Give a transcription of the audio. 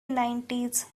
nineties